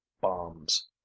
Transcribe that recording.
bombs